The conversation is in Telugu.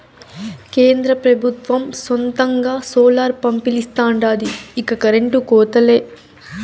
కేంద్ర పెబుత్వం సొంతంగా సోలార్ పంపిలిస్తాండాది ఇక కరెంటు కోతలే